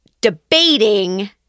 debating